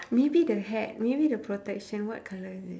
maybe the hat maybe the protection what colour is it